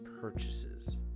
purchases